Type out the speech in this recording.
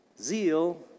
zeal